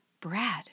Brad